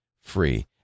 free